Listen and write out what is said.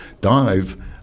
dive